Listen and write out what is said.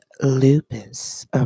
lupus